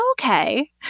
okay